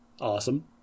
Awesome